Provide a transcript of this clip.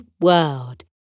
world